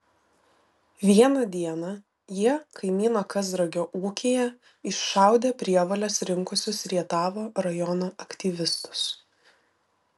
vieną dieną jie kaimyno kazragio ūkyje iššaudė prievoles rinkusius rietavo rajono aktyvistus